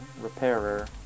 repairer